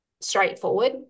straightforward